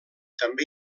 també